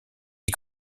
des